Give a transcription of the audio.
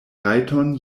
rajton